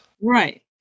Right